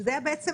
הוא נבחר בזכות